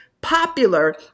popular